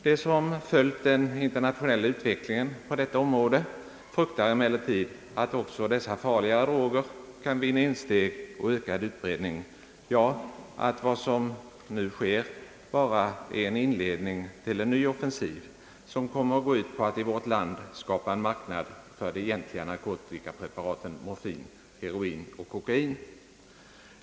De som följt den internationella utvecklingen på detta område fruktar emellertid att också dessa farligare droger kan vinna insteg och ökad utbredning — ja, att vad som nu sker bara är en inledning till en ny offensiv som kommer att gå ut på att i vårt land skapa en marknad för de egeniliga narkotikapreparten morfin, heroin och kokain.